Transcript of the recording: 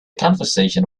conversation